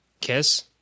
Kiss